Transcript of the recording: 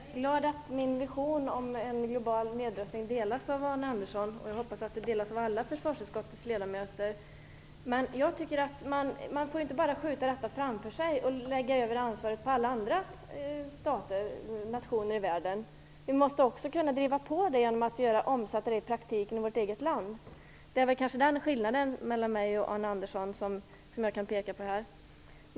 Herr talman! Jag är glad att min vision om en global nedrustning delas av Arne Andersson, och jag hoppas att den delas av alla försvarsutskottets ledamöter. Men man får inte bara skjuta detta framför sig och lägga över ansvaret på alla andra nationer i världen. Vi måste också kunna driva på, genom att omsätta det i praktiken i vårt eget land. Det är kanske den skillnad mellan mig och Arne Andersson som jag kan peka på här.